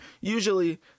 Usually